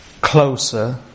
closer